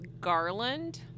garland